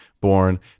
born